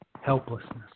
helplessness